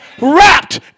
wrapped